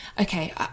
Okay